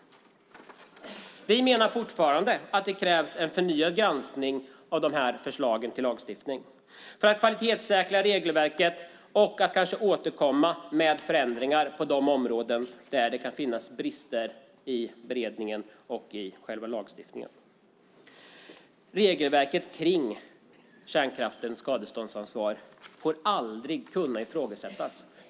Vi menar fortfarande att det krävs en förnyad granskning av dessa förslag till lagstiftning för att kvalitetssäkra regelverket och för att kanske återkomma med förändringar på de områden där det kan finnas brister i beredningen och i själva lagstiftningen. Regelverken kring kärnkraftens skadeståndsansvar får aldrig kunna ifrågasättas.